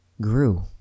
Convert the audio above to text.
grew